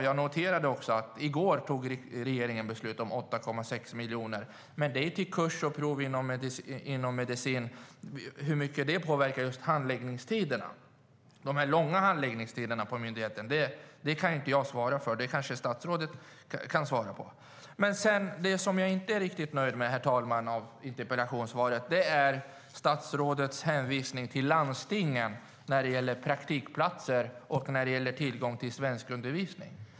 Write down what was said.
Jag noterar att regeringen i går tog beslut om 8,6 miljoner, men det är pengar till kurser och prov inom medicinområdet. Hur mycket det påverkar de långa handläggningstiderna vid myndigheten kan jag inte svara på. Kanske statsrådet kan svara på det. Det jag inte är riktigt nöjd med i interpellationssvaret, herr talman, är statsrådets hänvisning till landstingen när det gäller praktikplatser och tillgång till svenskundervisning.